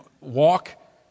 walk